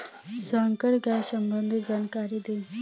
संकर गाय सबंधी जानकारी दी?